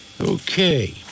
Okay